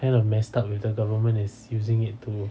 kinda messed up if the government is using it to